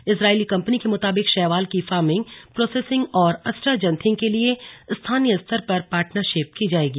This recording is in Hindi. इजराइली कंपनी के मुताबिक शैवाल की फार्मिंग प्रोसेसिंग और अस्ट्राजन्थिंग के लिए लिए स्थानीय स्तर पर पार्टनरशिप की जायेगी